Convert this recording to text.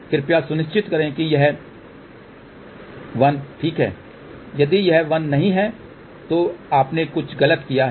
कृपया सुनिश्चित करें कि यह 1 ठीक है यदि यह 1 नहीं है तो आपने कुछ गलत किया है